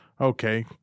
okay